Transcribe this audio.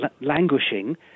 languishing